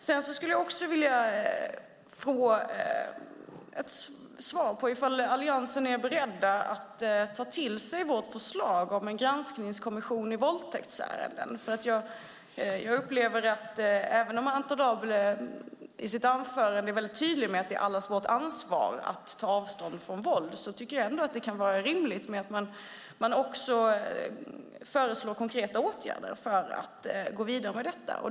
Jag skulle också vilja få svar på om Alliansen är beredd att ta till sig vårt förslag om en granskningskommission när det gäller våldtäktsärenden. Även om Anton Abele i sitt anförande är mycket tydlig med att det är allas vårt ansvar att ta avstånd från våld tycker jag att det kan vara rimligt att man också föreslår konkreta åtgärder för att gå vidare med detta.